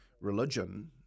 religion